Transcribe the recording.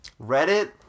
Reddit